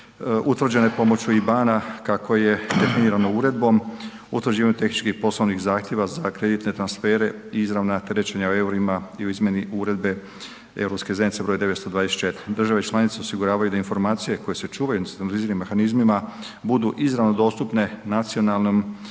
utvrđenje pomoću IBAN-a kako je definirano uredbom utvrđivanje tehničkih i poslovnih zahtjeva za kreditne transfere i izravna terećenja u eurima i u izmjeni Uredbe EZ br. 924. Države članice osiguravaju da informacije koje se čuvaju na … /Govornik se ne razumije zbog prebrzog čitanja./ … mehanizmima budu izravno dostupne nacionalnom